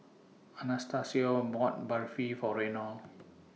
Anastacio bought Barfi For Reynold